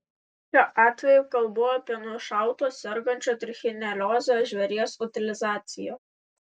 šiuo atveju kalbu apie nušauto sergančio trichinelioze žvėries utilizaciją